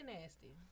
nasty